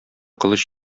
кылыч